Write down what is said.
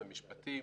משרד המשפטים,